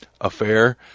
affair